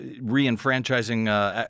re-enfranchising